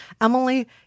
Emily